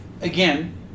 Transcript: again